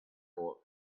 bullet